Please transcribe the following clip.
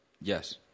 Yes